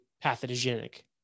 pathogenic